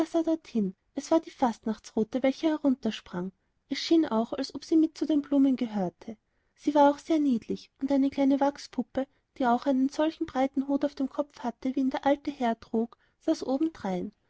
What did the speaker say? es war die fastnachtsrute welche heruntersprang es schien auch als ob sie mit zu den blumen gehörte sie war auch sehr niedlich und eine kleine wachspuppe die auch einen solchen breiten hut auf dem kopf hatte wie ihn der alte herr trug saß